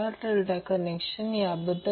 तर ते कसे करता येईल